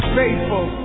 faithful